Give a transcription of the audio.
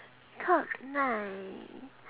top nine